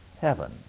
heaven